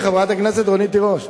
אתי, חברת הכנסת תירוש?